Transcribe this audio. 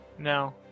No